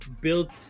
built